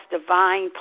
divine